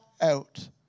out